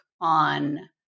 on